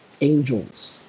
angels